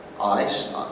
ICE